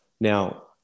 Now